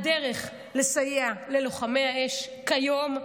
הדרך לסייע ללוחמי האש כיום,